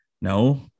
No